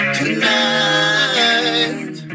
tonight